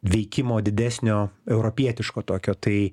veikimo didesnio europietiško tokio tai